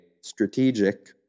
strategic